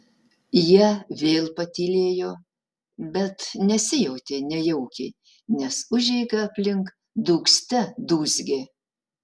jie vėl patylėjo bet nesijautė nejaukiai nes užeiga aplink dūgzte dūzgė